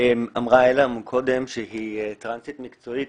אמרה אלה קודם שהיא טרנסית מקצועית,